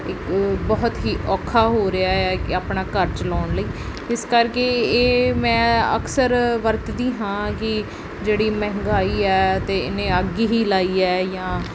ਇੱਕ ਬਹੁਤ ਹੀ ਔਖਾ ਹੋ ਰਿਹਾ ਹੈ ਕਿ ਆਪਣਾ ਘਰ ਚਲਾਉਣ ਲਈ ਇਸ ਕਰਕੇ ਇਹ ਮੈਂ ਅਕਸਰ ਵਰਤਦੀ ਹਾਂ ਕਿ ਜਿਹੜੀ ਮਹਿੰਗਾਈ ਹੈ ਤੇ ਇਹਨੇ ਅੱਗ ਹੀ ਲਾਈ ਹੈ ਜਾਂ